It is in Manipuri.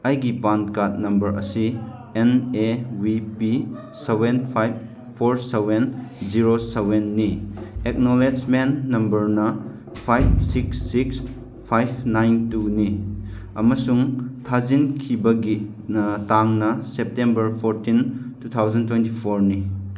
ꯑꯩꯒꯤ ꯄꯥꯟ ꯀꯥꯔꯠ ꯅꯝꯕꯔ ꯑꯁꯤ N A V P seven five four seven zero ꯁꯕꯦꯟꯅꯤ ꯑꯦꯛꯅꯣꯂꯦꯖꯃꯦꯟ ꯅꯝꯕꯔꯅ five six six five nine ꯇꯨꯅꯤ ꯑꯃꯁꯨꯡ ꯊꯥꯖꯤꯟꯈꯤꯕꯒꯤꯅ ꯇꯥꯡꯅ September fourteen two thousand twenty ꯐꯣꯔꯅꯤ